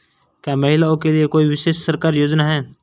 क्या महिलाओं के लिए कोई विशेष सरकारी योजना है?